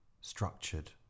structured